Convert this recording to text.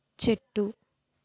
చెట్టు